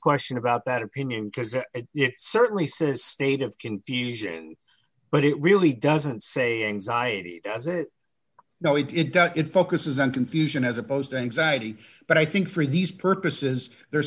question about that opinion because it certainly synesthete of confusion but it really doesn't say anxiety does it know it it does it focuses on confusion as opposed to anxiety but i think for these purposes the